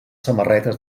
samarretes